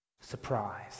Surprise